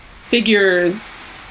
figures